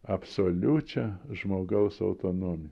absoliučią žmogaus autonomiją